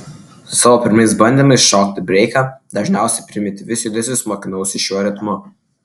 savo pirmais bandymais šokti breiką dažniausiai primityvius judesius mokinausi šiuo ritmu